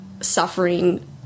suffering